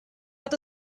hat